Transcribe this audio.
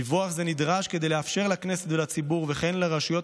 דיווח זה נדרש כדי לאפשר לכנסת ולציבור וכן לרשויות